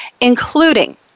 including